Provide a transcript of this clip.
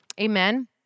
Amen